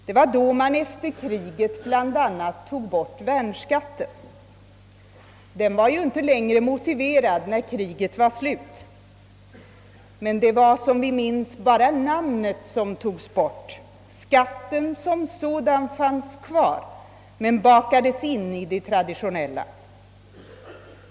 Det var då man efter kriget tog bort bl.a. värnskatten; denna var ju inte längre motiverad när kriget var slut. Men det var som vi minns bara namnet som togs bort — skatten som sådan fanns kvar men bakades in i de traditionella.